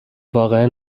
واقعا